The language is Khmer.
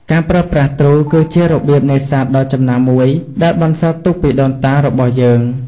ការប្រើប្រាស់ទ្រូ គឺជារបៀបនេសាទដ៏ចំណាស់មួយដែលបន្សល់ទុកពីដូនតារបស់យើង។